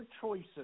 choices